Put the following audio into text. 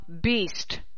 beast